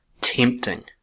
tempting